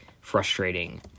frustrating